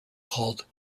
called